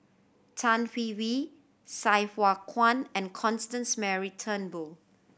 Tan Hwee Hwee Sai Hua Kuan and Constance Mary Turnbull